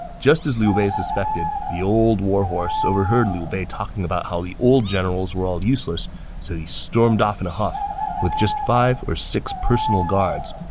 just as liu bei suspected, the old war horse overheard liu bei talking about how the old generals were all useless, and so he stormed off in a huff with just five or six personal guards.